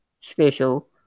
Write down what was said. special